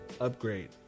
upgrade